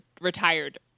retired